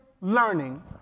learning